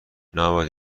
نباید